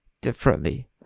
differently